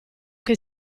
che